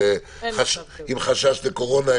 עם חשש לקורונה,